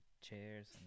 chairs